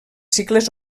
cicles